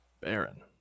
Baron